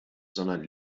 sondern